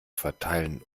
verteilen